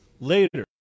later